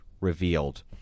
revealed